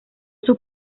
sus